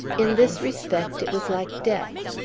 in this respect, it was like death.